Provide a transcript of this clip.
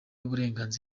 uburenganzira